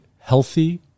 healthy